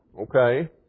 Okay